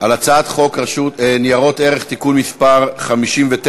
על הצעת חוק ניירות ערך (תיקון מס' 59)